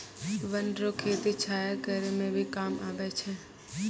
वन रो खेती छाया करै मे भी काम आबै छै